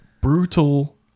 brutal